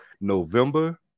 November